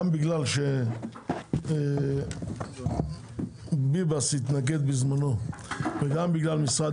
גם בגלל שחיים ביבס התנגד בזמנו וגם בגלל משרד